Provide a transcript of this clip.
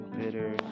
bitter